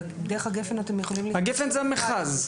הגפ"ן זה המכרז.